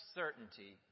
certainty